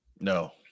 No